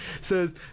says